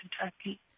Kentucky